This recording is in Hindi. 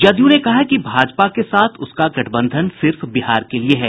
जदयू ने कहा है कि भाजपा के साथ उसका गठबंधन सिर्फ बिहार के लिये है